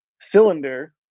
cylinder